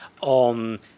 on